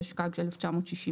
התשכ"ג-1963,